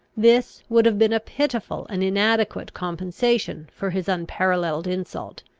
this would have been a pitiful and inadequate compensation for his unparalleled insult,